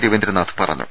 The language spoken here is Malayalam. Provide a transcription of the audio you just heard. രവീന്ദ്രനാഥ് പറഞ്ഞു